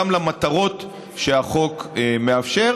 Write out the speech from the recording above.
גם למטרות שהחוק מאפשר.